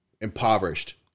impoverished